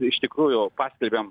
iš tikrųjų pskelbėm